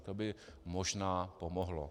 To by možná pomohlo.